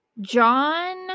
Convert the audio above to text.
John